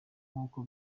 nk’uko